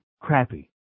Crappy